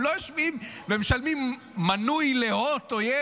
הם לא יושבים ומשלמים מנוי להוט או yes